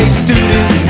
student